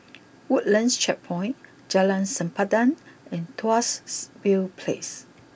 Woodlands Checkpoint Jalan Sempadan and Tuas view place